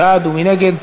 מי בעד ומי נגד?